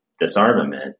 disarmament